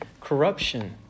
corruption